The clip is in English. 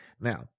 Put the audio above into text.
Now